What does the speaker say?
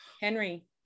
Henry